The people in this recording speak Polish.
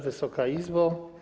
Wysoka Izbo!